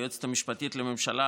היועצת המשפטית לממשלה,